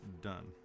done